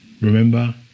Remember